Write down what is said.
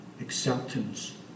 acceptance